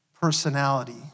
personality